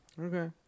Okay